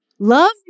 Love